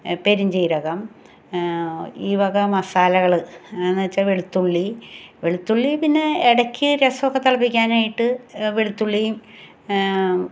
പെരുഞ്ചീരകം ഈ വക മസാലകൾ എന്നുവെച്ചാൽ വെളുത്തുള്ളി വെളുത്തുള്ളി പിന്നെ ഇടയ്ക്ക് രസമൊക്കെ തിളപ്പിക്കാനായിട്ട് വെളുത്തുള്ളിയും